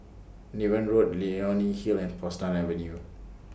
Niven Road Leonie Hill and Portsdown Avenue